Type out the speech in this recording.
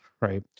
right